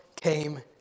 came